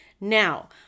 Now